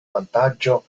vantaggio